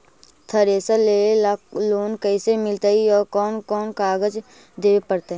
Thresher लेबे ल loan कैसे मिलतइ और कोन कोन कागज देबे पड़तै?